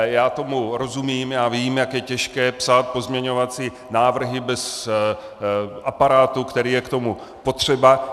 Já tomu rozumím, já vím, jak je těžké psát pozměňovací návrhy bez aparátu, který je k tomu potřeba.